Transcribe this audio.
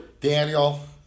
Daniel